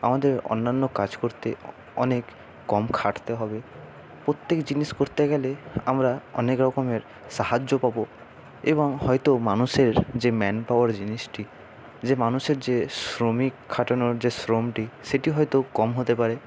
আমাদের অন্যান্য কাজ করতে অনেক কম খাটতে হবে প্রত্যেক জিনিস করতে গেলে আমরা অনেক রকমের সাহায্য পাবো এবং হয়তো মানুষের যে ম্যান পাওয়ার জিনিসটি যে মানুষের যে শ্রমিক খাটানোর যে শ্রমটি সেটি হয়তো কম হতে পারে